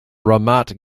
ramat